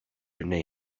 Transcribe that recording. your